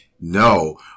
No